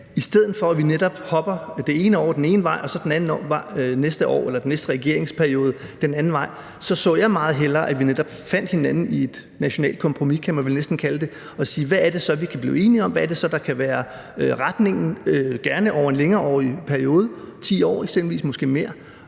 i stedet for at vi netop det ene år hopper den ene vej og så den næste regeringsperiode den anden vej, så så jeg meget hellere, at vi fandt hinanden i et nationalt kompromis, kan man vel næsten kalde det. Så kunne vi se på: Hvad er det så, vi kan blive enige om, hvad er det så, der kan være retningen, gerne over en længere periode, 10 år eksempelvis, måske mere?